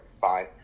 Fine